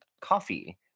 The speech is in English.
coffee